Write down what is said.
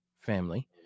family